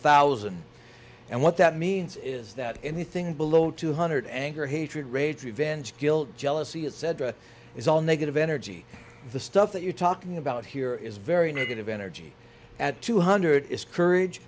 thousand and what that means is that anything below two hundred anger hatred raids revenge guilt jealousy it's said is all negative energy the stuff that you're talking about here is very negative energy at two hundred is courage